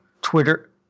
twitter